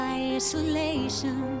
isolation